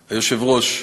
היושב-ראש,